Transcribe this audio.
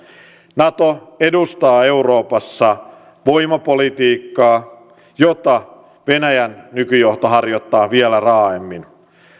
nato edustaa euroopassa voimapolitiikkaa jota venäjän nykyjohto harjoittaa vielä raaemmin